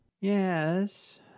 yes